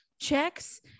checks